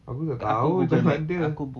aku tak tahu macam mana nak dia